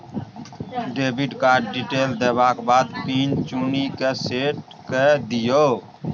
debit card detail देबाक बाद PIN चुनि कए सेट कए दियौ